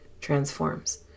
transforms